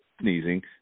sneezing